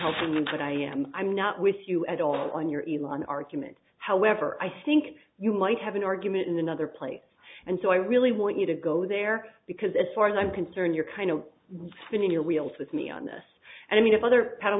help but i am i'm not with you at all on your one argument however i think you might have an argument in another place and so i really want you to go there because it's far as i'm concerned you're kind of spinning your wheels with me on this and i mean if other p